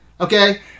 Okay